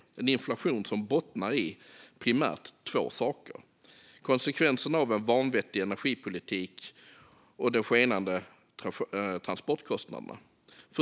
Det är en inflation som bottnar i primärt två saker: konsekvenserna av en vanvettig energipolitik och de skenande transportkostnaderna.